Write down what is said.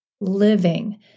living